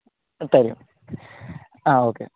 തരും ആ ഓക്കെ